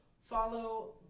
follow